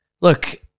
Look-